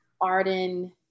Arden